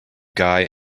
guy